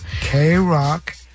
K-Rock